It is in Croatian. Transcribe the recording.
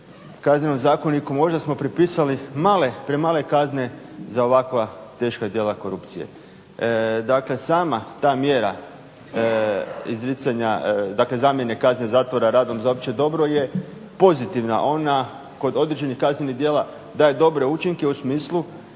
kaznenom zakoniku možda smo propisali male premale kazne za ovakva teška djela korupcije. Dakle, sama ta mjera izricanja dakle zamjene kazne zatvora radom za opće dobro je pozitivna, ona kod određenih kaznenih djela daje dobre učinke u smislu